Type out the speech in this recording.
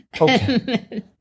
Okay